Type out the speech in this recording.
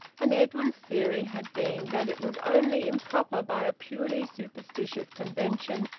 and edwin's theory had been that it was only improper by a purely superstitious convention,